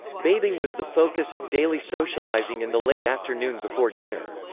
bathing was the focus of daily socializing in the late afternoon before dinner.